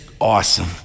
awesome